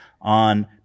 on